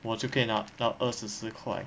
我就可以拿到二十四块